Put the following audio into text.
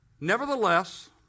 Nevertheless